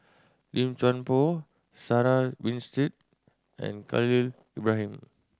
Lim Chuan Poh Sarah Winstedt and Khalil Ibrahim